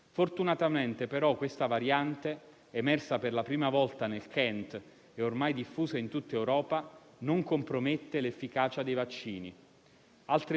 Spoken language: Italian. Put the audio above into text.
Altre due varianti, la brasiliana e la sudafricana, sono maggiormente insidiose, in quanto potrebbero ridurre, seppur parzialmente, l'efficacia vaccinale.